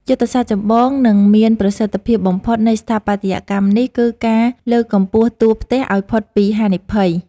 យុទ្ធសាស្ត្រចម្បង និងមានប្រសិទ្ធភាពបំផុតនៃស្ថាបត្យកម្មនេះ គឺការលើកកម្ពស់តួផ្ទះឱ្យផុតពីហានិភ័យ។